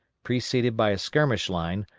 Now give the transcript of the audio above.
preceded by a skirmish line,